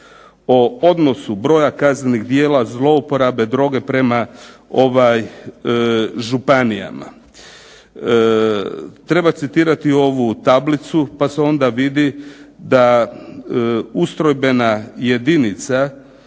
o odnosu broja kaznenih djela zlouporabe droge prema županijama. Treba citirati ovu tablicu, pa se onda vidi da ustrojbena jedinica,